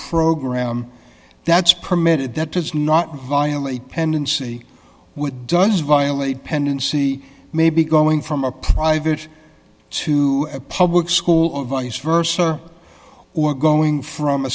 program that's permitted that does not violate pendency would does violate pendency maybe going from a private to a public school or vice versa or going from a